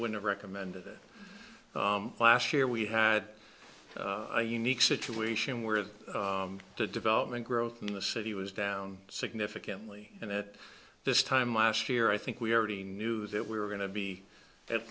wouldn't recommend that last year we had a unique situation where the development growth in the city was down significantly and at this time last year i think we already knew that we were going to be at